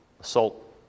assault